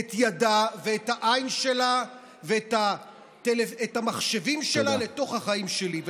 את ידה ואת העין שלה ואת המחשבים שלה לתוך החיים שלי.